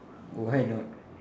why not